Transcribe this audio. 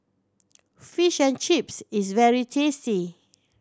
Fish and Chips is very tasty